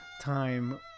time